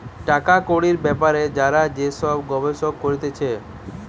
টাকা কড়ির বেপারে যারা যে সব গবেষণা করতিছে